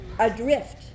adrift